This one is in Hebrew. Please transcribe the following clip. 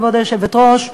כבוד היושבת-ראש,